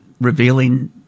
revealing